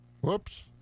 Whoops